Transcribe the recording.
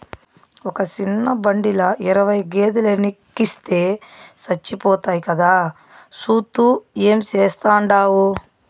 ఒక సిన్న బండిల ఇరవై గేదేలెనెక్కిస్తే సచ్చిపోతాయి కదా, సూత్తూ ఏం చేస్తాండావు